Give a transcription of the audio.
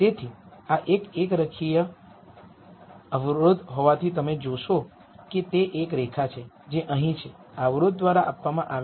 તેથી આ એક રેખીય શરત હોવાથી તમે જોશો કે તે એક રેખા છે જે અહીં છે જે આ શરત દ્વારા આપવામાં આવે છે